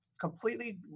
completely